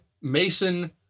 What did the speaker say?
Mason